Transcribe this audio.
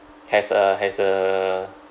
has a has a